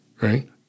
Right